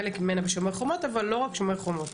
חלק ממנה ב"שומר חומות" אבל לא רק ב"שומר חומות",